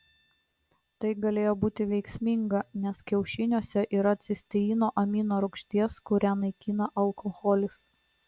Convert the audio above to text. tai galėjo būti veiksminga nes kiaušiniuose yra cisteino amino rūgšties kurią naikina alkoholis